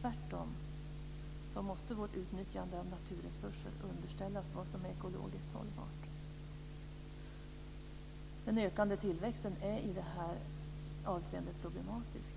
Tvärtom måste vårt utnyttjande av naturresurser underställas vad som är ekologiskt hållbart. Den ökande tillväxten är i det avseendet problematisk.